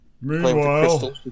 meanwhile